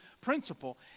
principle